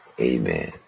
amen